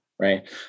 right